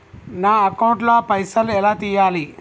నా అకౌంట్ ల పైసల్ ఎలా తీయాలి?